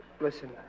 listen